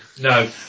No